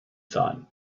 thought